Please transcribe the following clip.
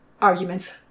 Arguments